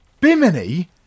Bimini